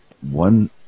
one